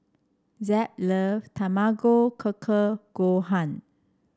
Zeb love Tamago Kake Gohan